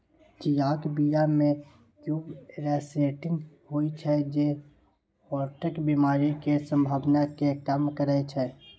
चियाक बीया मे क्वरसेटीन होइ छै जे हार्टक बेमारी केर संभाबना केँ कम करय छै